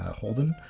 holden,